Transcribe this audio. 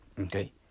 Okay